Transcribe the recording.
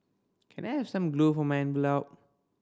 can I have some glue for my envelope